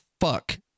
fuck